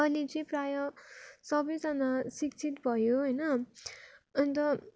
अहिले चाहिँ प्राय सबैजना शिक्षित भयो होइन अन्त